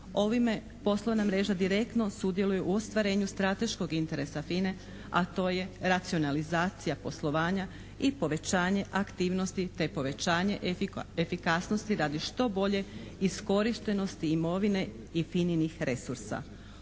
Ovime poslovna mreža direktno sudjeluje u ostvarenju strateškog interesa FINA-e, a to je racionalizacija poslovanja i povećanje aktivnosti te povećanje efikasnosti radi što bolje iskorištenosti imovine i FINA-nih resursa.